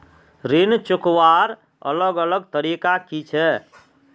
ऋण चुकवार अलग अलग तरीका कि छे?